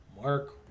Mark